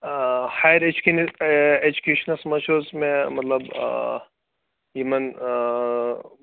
hire educational اٮ۪جوٗکیشِنَس منٛز چھُ حظ مےٚ مطلب یِمَن